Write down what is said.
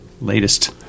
Latest